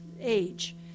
age